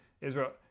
Israel